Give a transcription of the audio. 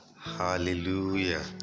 Hallelujah